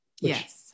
Yes